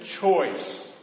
choice